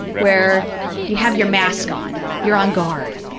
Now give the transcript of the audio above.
where you have your mask on. you're on guard.